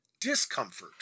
discomfort